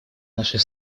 нашей